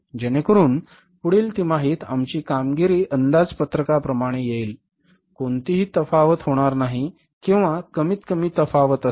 जेणेकरून पुढील तिमाहीत आमची कामगिरी अंदाजपत्रकाप्रमाणे येईल कोणतीही तफावत होणार नाहीत किंवा कमीत कमी तफावत असेल